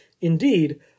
Indeed